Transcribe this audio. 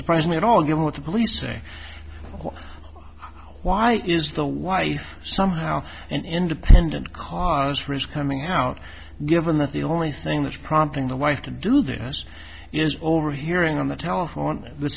surprise me at all given what the police say why is the wife somehow an independent cause for his coming out given that the only thing that's prompting the wife to do this is overhearing on the telephone th